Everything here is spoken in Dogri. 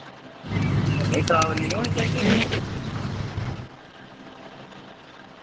नेईं नेईं खराब नि होने चाहिदे उ'दे च